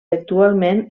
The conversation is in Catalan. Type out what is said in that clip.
actualment